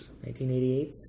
1988